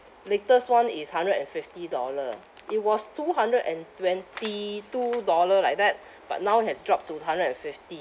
latest one is hundred and fifty dollar ah it was two hundred and twenty two dollar like that but now has drop to hundred and fifty